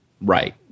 right